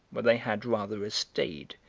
where they had rather a staid,